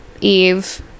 Eve